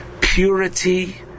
purity